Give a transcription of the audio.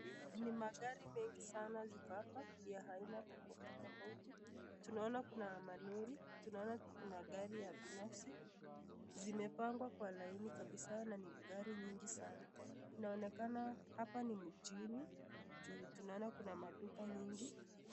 Ni magari mengi sana ziko hapa yenye haina tofauti tofauti, tunaona kuna malori tunaona kuna gari ya binafsi zimepangwa kwa laini kabisa na ni gari nyingi sana inaonekana hapa ni mjini juu tunaona kuna maduka mingi.